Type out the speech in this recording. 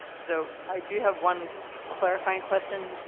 so, i do have one clarifying question.